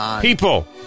people